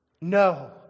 no